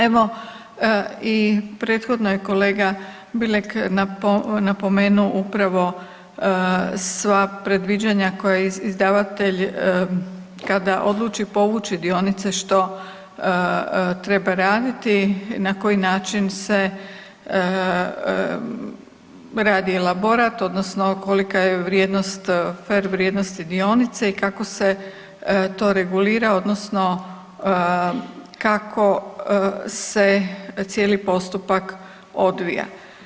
Evo i prethodno je kolega Bilek napomenuo upravo sva predviđanja koja izdavatelj kad odluči povući dionice što treba raditi, na koji način se radi elaborat odnosno kolika je vrijednost, fer vrijednost dionice i kako se to regulira odnosno kako se cijeli postupak odvija.